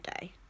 day